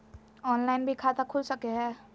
Online भी खाता खूल सके हय?